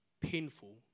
painful